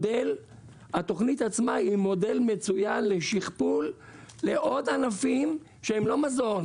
התוכנית עצמה היא מודל מצוין לשכפול לעוד ענפים שהם לא מזון.